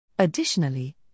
Additionally